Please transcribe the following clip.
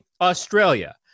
Australia